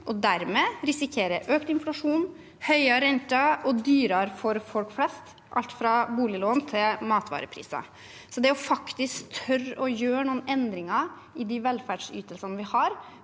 og dermed risikere økt inflasjon, høyere renter og at det blir dyrere for folk flest, alt fra boliglån til matvarepriser. Det å faktisk tørre å gjøre noen endringer i de velferdsytelsene vi har,